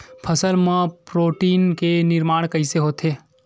फसल मा प्रोटीन के निर्माण कइसे होथे?